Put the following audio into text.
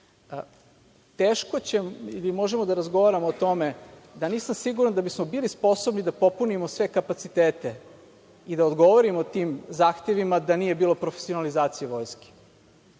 sada. Mi možemo da razgovaramo o tome, ali nisam siguran da bismo bili sposobni da popunimo sve kapacitete i da odgovorimo tim zahtevima da nije bilo profesionalizacije vojske